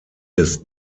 des